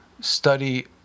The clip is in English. study